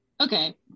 okay